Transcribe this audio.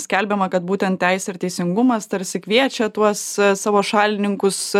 skelbiama kad būtent teisė ir teisingumas tarsi kviečia tuos savo šalininkus